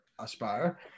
Aspire